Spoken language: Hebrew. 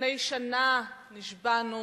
לפני שנה נשבענו